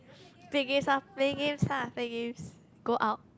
play games lah play games lah play games go out